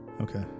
Okay